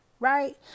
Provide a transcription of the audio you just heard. Right